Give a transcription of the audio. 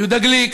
יהודה גליק,